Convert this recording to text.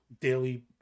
daily